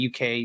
UK